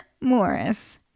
Morris